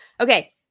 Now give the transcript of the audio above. Okay